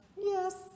Yes